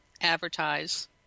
advertise